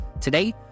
Today